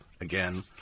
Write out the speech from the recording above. again